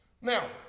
Now